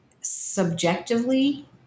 subjectively